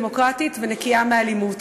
דמוקרטית ונקייה מאלימות.